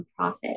nonprofit